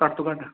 ਘੱਟ ਤੋਂ ਘੱਟ